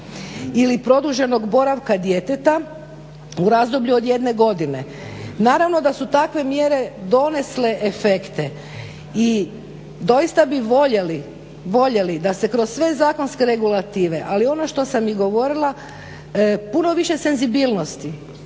ili produženog boravka djeteta u razdoblju od 1 godine. Naravno da su takve mjere donijele efekte. I doista bi voljeli da se kroz sve zakonske regulative, ali ono što sam i govorila, puno više senzibilnosti